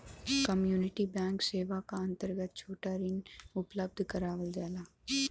community bank सेवा क अंतर्गत छोटा ऋण उपलब्ध करावल जाला